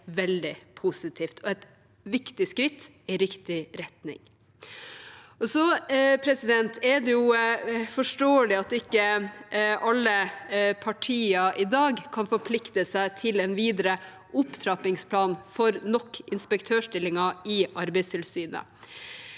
jeg er veldig positivt og et viktig skritt i riktig retning. Så er det forståelig at ikke alle partier i dag kan forplikte seg til en videre opptrappingsplan for nok inspektørstillinger i Arbeidstilsynet.